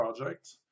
project